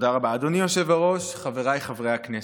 אדוני היושב-ראש, חבריי חברי הכנסת,